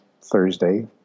Thursday